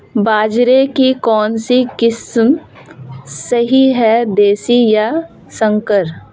बाजरे की कौनसी किस्म सही हैं देशी या संकर?